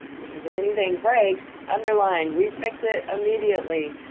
because if anything breaks, underlined, we fix it immediately.